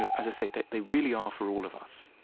ah as i say, they they really are for all of us